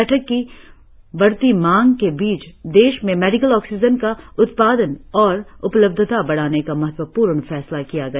बैठक में बढती मांग के बीच देश में मेडिकल ऑक्सीजन का उत्पादन और उपलब्धता बढाने का महत्वपूर्ण फैसला किया गया